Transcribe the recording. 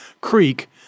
Creek